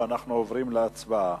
אנחנו עוברים להצבעה.